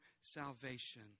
salvation